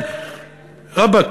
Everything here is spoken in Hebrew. רבאק,